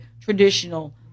traditional